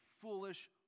foolish